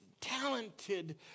talented